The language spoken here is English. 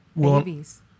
Babies